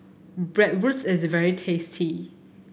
Bratwurst is very tasty